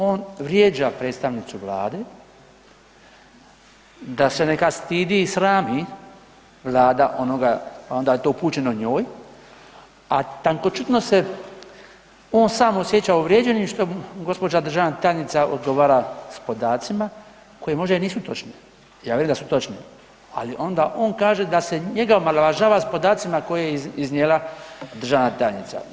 On vrijeđa predstavnicu Vlade da se neka stidi i srami Vlada onoga, onda je to upućeno njoj, a tankoćutno se on sam osjeća uvrijeđenim što gđa. državna tajnica odgovara s podacima koji možda i nisu točni, ja velim da su točni, ali onda on kaže da se njega omalovažava s podacima koje je iznijela državna tajnica.